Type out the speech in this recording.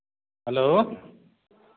hello